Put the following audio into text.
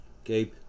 Okay